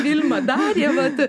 vilma darė vat